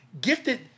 gifted